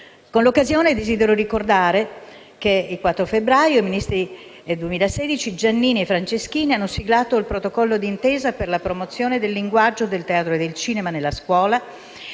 Con l'occasione desidero ricordare che il 4 febbraio 2016 i ministri Giannini e Franceschini hanno siglato il protocollo d'intesa per la promozione del linguaggio del teatro e del cinema nella scuola